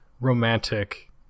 romantic